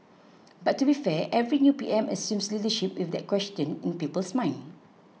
but to be fair every new P M assumes leadership with that question in people's minds